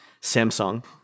Samsung